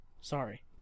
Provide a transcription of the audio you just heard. Sorry